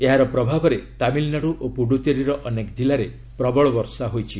ଏହାର ପ୍ରଭାବରେ ତାମିଲନାଡୁ ଓ ପୁଡୁଚେରୀର ଅନେକ କିଲ୍ଲାରେ ପ୍ରବଳ ବର୍ଷା ହୋଇଛି